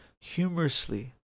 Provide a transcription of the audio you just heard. humorously